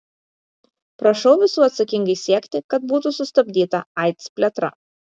prašau visų atsakingai siekti kad būtų sustabdyta aids plėtra